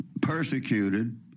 persecuted